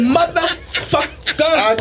Motherfucker